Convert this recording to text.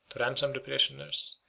to ransom the prisoners,